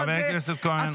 חבר הכנסת כהן.